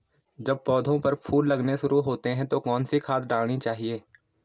जब पौधें पर फूल लगने शुरू होते हैं तो कौन सी खाद डालनी चाहिए?